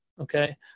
okay